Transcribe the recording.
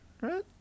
right